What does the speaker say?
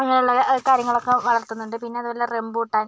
അങ്ങനെയുള്ള കാര്യങ്ങളൊക്കെ വളര്ത്തുന്നുണ്ട് പിന്നെ അതേപോലെ റംബൂട്ടാന്